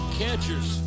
catchers